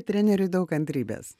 treneriui daug kantrybės